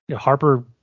Harper